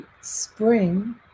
spring